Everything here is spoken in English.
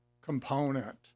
component